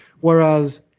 Whereas